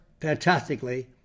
fantastically